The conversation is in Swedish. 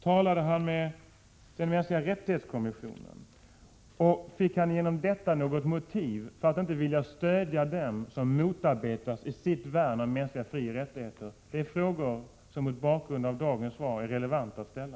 Talade han vidare med kommissionen för mänskliga rättigheter, och fick han genom sådana samtal något motiv för att inte vilja stödja dem som motarbetas i sitt värn av mänskliga frioch rättigheter? Det är frågor som mot bakgrund av dagens svar är relevanta att ställa.